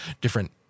different